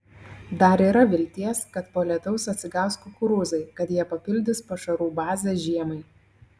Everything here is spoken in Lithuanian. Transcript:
dar yra vilties kad po lietaus atsigaus kukurūzai kad jie papildys pašarų bazę žiemai